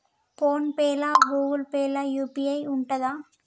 Phone pay లా Google Pay లా UPI ఉంటదా?